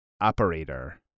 Operator